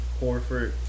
Horford